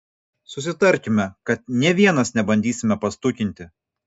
susitarkime kad nė vienas nebandysime pastukinti